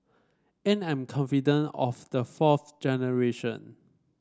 and I'm confident of the fourth generation